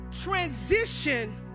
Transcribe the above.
transition